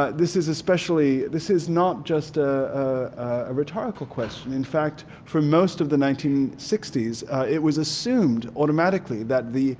ah this is especially, this is not just a ah rhetorical question in fact for most of the nineteen sixty s it was assumed automatically that the